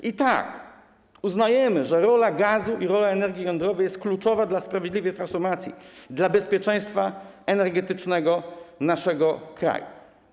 I tak, uznajemy, że rola gazu i rola energii jądrowej jest kluczowa dla sprawiedliwej transformacji, dla bezpieczeństwa energetycznego naszego kraju.